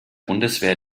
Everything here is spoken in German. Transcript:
bundeswehr